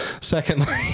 Secondly